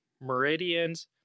meridians